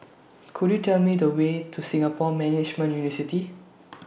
Could YOU Tell Me The Way to Singapore Management